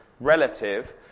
relative